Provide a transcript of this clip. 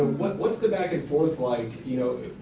y-what's the back and forth like, you know,